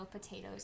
potatoes